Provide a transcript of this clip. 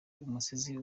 umusizi